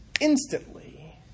instantly